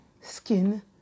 skin